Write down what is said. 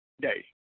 day